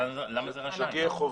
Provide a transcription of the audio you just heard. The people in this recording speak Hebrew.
אבל למה זה רשאי?